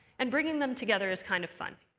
and bringing them together is kind of fun.